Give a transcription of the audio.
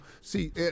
See